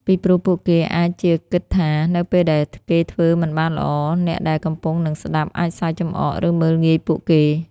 ពីព្រោះពួកគេអាចជាគិតថា នៅពេលដែលគេធ្វើមិនបានល្អអ្នកដែលកំពុងនឹងស្តាប់អាចសើចចំអក ឬមើលងាយពួកគេ។